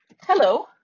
Hello